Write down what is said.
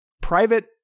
private